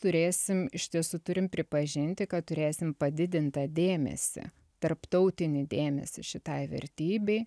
turėsim iš tiesų turim pripažinti kad turėsim padidintą dėmesį tarptautinį dėmesį šitai vertybei